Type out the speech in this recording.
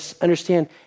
understand